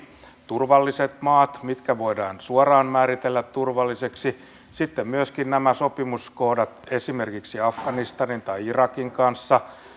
turvalliset maat mitkä voidaan suoraan määritellä turvallisiksi sitten myöskin nämä sopimuskohdat esimerkiksi afganistanin tai irakin kanssa